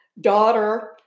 daughter